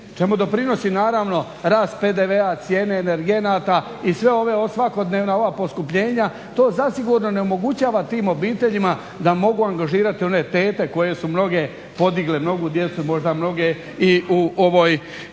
čemu doprinosi naravno rast PDV-a, cijene energenta i sve ove, svakodnevna ova poskupljenja to zasigurno ne omogućava tim obiteljima da mogu angažirati one tete koje su mnoge podigle mnogu djecu, možda mnoge i ovoj